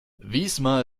wismar